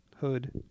hood